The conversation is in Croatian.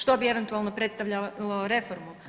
Što bi eventualno predstavljaju reformu?